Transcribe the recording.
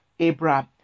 Abraham